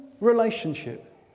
relationship